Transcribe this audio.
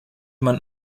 man